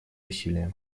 усилия